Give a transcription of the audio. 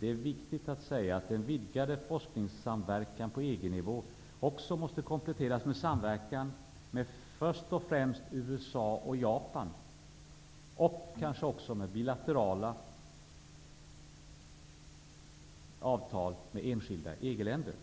det är viktigt att säga att den vidgade forskningssamverkan på EG-nivå måste kompletteras med samverkan först och främst med USA och Japan, men kanske också med bilaterala avtal med enskilda EG-länder.